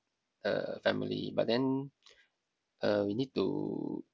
a family but then uh we need to